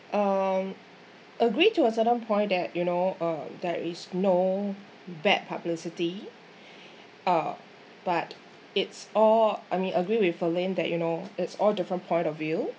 um agree to a certain point that you know uh there is no bad publicity uh but it's all I mean agree with elaine that you know it's all different point of view